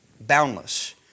Boundless